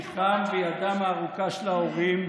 בתור שליחם וידם הארוכה של ההורים,